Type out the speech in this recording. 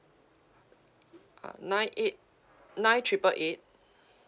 uh nine eight nine triple eight